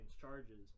charges